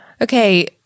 Okay